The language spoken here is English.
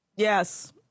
Yes